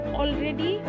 already